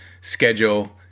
schedule